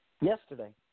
yesterday